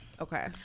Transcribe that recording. okay